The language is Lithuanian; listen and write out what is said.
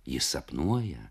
jis sapnuoja